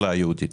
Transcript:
היהודית,